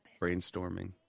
brainstorming